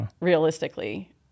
realistically